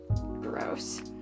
Gross